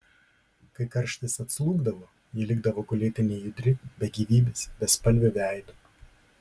kai karštis atslūgdavo ji likdavo gulėti nejudri be gyvybės bespalviu veidu